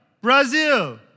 Brazil